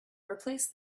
replace